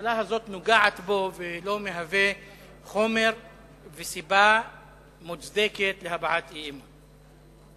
שהממשלה הזאת נוגעת בו ולא מהווה חומר וסיבה מוצדקים להבעת אי-אמון.